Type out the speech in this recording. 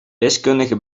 wiskundige